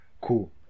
cool